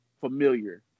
familiar